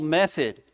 method